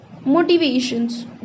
motivations